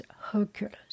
Hercules